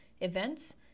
events